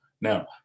Now